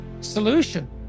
solution